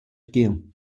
game